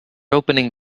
opening